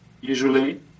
usually